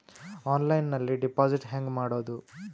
ಆನ್ಲೈನ್ನಲ್ಲಿ ಡೆಪಾಜಿಟ್ ಹೆಂಗ್ ಮಾಡುದು?